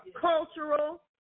cultural